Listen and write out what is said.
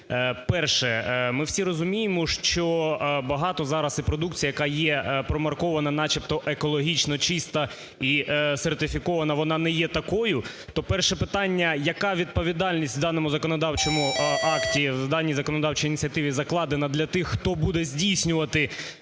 Перше. Ми всі розуміємо, що багато зараз, і продукція, яка є промаркована, начебто екологічно чиста і сертифікована, вона не є такою. То перше питання. Яка відповідальність в даному законодавчому акті, в даній законодавчій ініціативі закладена для тих, хто буде здійснювати